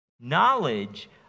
Knowledge